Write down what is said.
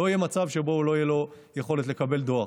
לא יהיה מצב שבו לא תהיה לו יכולת לקבל דואר.